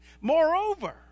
Moreover